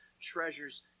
treasures